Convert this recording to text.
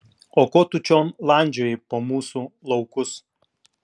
o ko tu čion landžioji po mūsų laukus